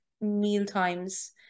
mealtimes